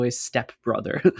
stepbrother